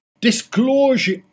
disclosure